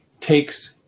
takes